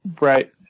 Right